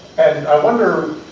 and i wonder,